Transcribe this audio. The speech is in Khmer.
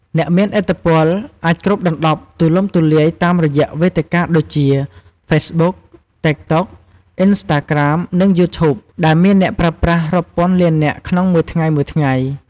អ្នកមានឥទ្ធិពលអាចគ្របដណ្ដប់ទូលំទូលាយតាមរយះវេទិកាដូចជា ហ្វេសប៊ុក (Facebook), តិកតុក (TikTok), អុីនស្តាក្រាម (Instagram), និង យូធូប (YouTube) ដែលមានអ្នកប្រើប្រាស់រាប់ពាន់លាននាក់ក្នុងមួយថ្ងៃៗ។